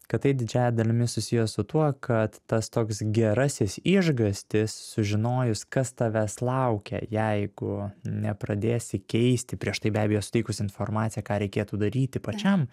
kad tai didžiąja dalimi susiję su tuo kad tas toks gerasis išgąstis sužinojus kas tavęs laukia jeigu nepradėsi keisti prieš tai be abejo suteikus informaciją ką reikėtų daryti pačiam